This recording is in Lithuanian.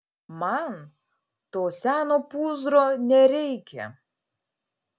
man to seno pūzro nereikia